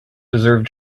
deserve